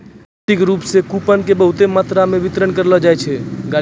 भौतिक रूप से भी कूपन के बहुते मात्रा मे वितरित करलो जाय छै